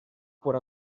por